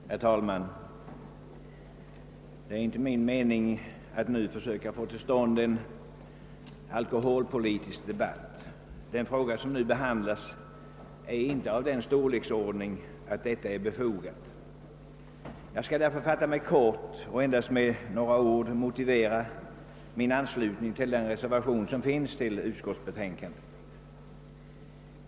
Herr talman! Det är inte min mening att nu försöka få till stånd en alkoholpolitisk debatt. Den fråga som behandlas är inte av den storleksordningen att detta är befogat. Jag skall därför fatta mig kort och endast med några ord motivera min anslutning till den reservation som fogats till bevillningsutskottets betänkande.